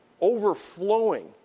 overflowing